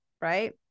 right